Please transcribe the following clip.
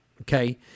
okay